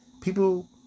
People